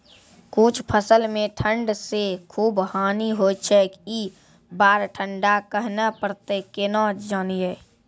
कुछ फसल मे ठंड से खूब हानि होय छैय ई बार ठंडा कहना परतै केना जानये?